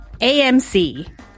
AMC